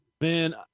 Man